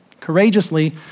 courageously